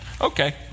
Okay